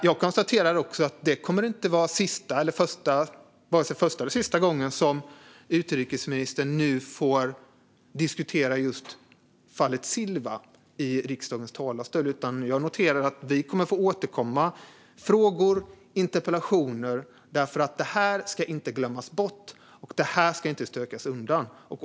Jag konstaterar också att detta inte kommer att vara vare sig första eller sista gången som utrikesministern får diskutera just fallet Silva i riksdagens talarstol, utan vi kommer att återkomma med frågor och interpellationer, för det här ska inte glömmas bort och stökas undan.